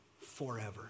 forever